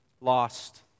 Lost